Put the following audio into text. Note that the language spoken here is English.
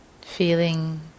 Feeling